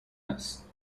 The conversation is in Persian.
است